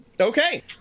Okay